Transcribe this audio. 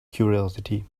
curiosity